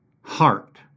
heart